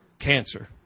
Cancer